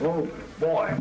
oh boy